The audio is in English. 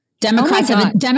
Democrats